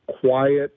quiet